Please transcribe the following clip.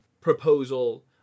proposal